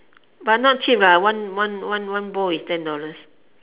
but not cheap ah one one one one bowl is ten dollars